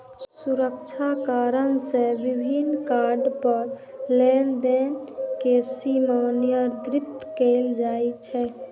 सुरक्षा कारण सं विभिन्न कार्ड पर लेनदेन के सीमा निर्धारित कैल जाइ छै